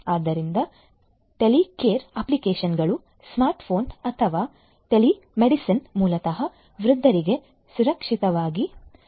ಆದ್ದರಿಂದ ಟೆಲಿಕೇರ್ ಅಪ್ಲಿಕೇಶನ್ಗಳು smart phone ಅಥವಾ ಟೆಲಿಮೆಡಿಸಿನ್ ಮೂಲತಃ ವೃದ್ಧರಿಗೆ ಸುರಕ್ಷಿತವಾಗಿ ಬದುಕಲು ಸಹಾಯ ಮಾಡುತ್ತದೆ